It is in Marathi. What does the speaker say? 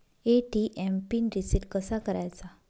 ए.टी.एम पिन रिसेट कसा करायचा?